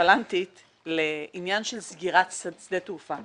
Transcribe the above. נונשלנטית לעניין של סגירת שדה תעופה.